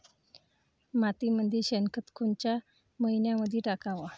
मातीमंदी शेणखत कोनच्या मइन्यामंधी टाकाव?